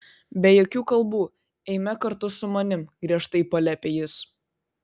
be jokių kalbų eime kartu su manimi griežtai paliepė jis